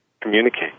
communicate